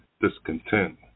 discontent